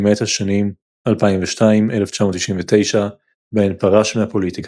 למעט השנים 1999–2002 בהן פרש מהפוליטיקה.